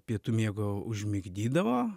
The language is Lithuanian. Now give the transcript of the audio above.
pietų miego užmigdydavo